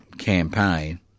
Campaign